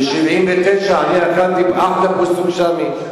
ב-1979 אני אכלתי עם אחמד פיסטוק-שאמי.